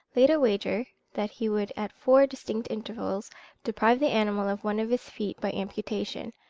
laid a wager that he would at four distinct intervals deprive the animal of one of his feet by amputation,